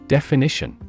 Definition